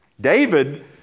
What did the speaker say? David